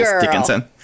dickinson